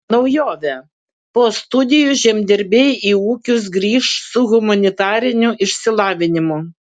naujovė po studijų žemdirbiai į ūkius grįš su humanitariniu išsilavinimu